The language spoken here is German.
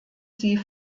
sie